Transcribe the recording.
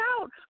out